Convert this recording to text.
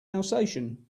alsatian